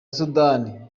sudan